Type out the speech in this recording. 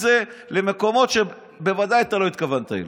זה למקומות שבוודאי אתה לא התכוונת אליהם.